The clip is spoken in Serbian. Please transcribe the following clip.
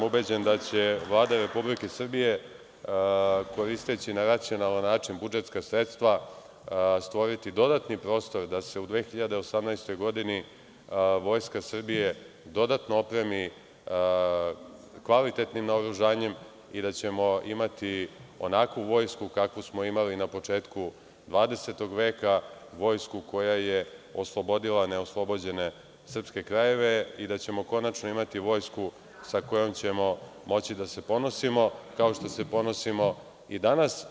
Ubeđen sam da će Vlada Republike Srbije koristeći na racionalan način budžetska sredstva stvoriti dodatni prostor da se u 2018. godini Vojska Srbije dodatno opremi kvalitetnim naoružanjem i da ćemo imati onakvu vojsku kakvu smo imali na početku 20. veka, vojsku koja je oslobodila neoslobođene srpske krajeve i da ćemo konačno imati vojsku sa kojom ćemo moći da se ponosimo, kao što se ponosimo i danas.